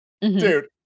Dude